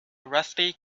rusty